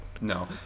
No